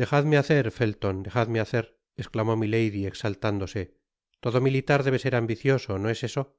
dejadme hacer felon dejadme hacer esclamó milady exaltándose todo militar debe ser ambicioso no es eso por